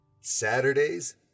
Saturdays